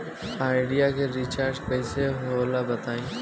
Idea के recharge कइसे होला बताई?